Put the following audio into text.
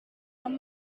tom